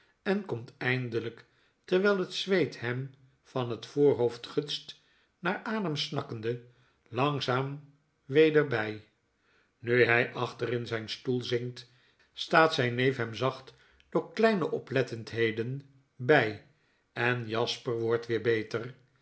en komt eindelp terwijl het zweet hem van het voorhoofd gutst naar adem snakkende langzaam weder by nu hy achter in zyn stoel zinkt staat zyn neef hem zacht door kleine oplettendheden by en jasper wdrdt weer beter